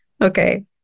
Okay